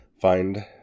find